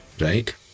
right